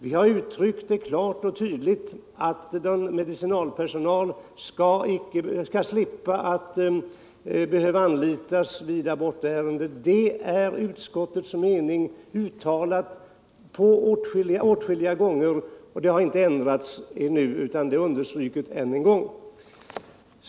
Vi har i betänkandet klart och tydligt uttryckt att medicinalpersonal skall slippa behöva bli anlitad i abortärenden. Detta är utskottets mening, uttalad åtskilliga gånger, och den meningen har inte ändrats nu utan understrukits ännu en gång.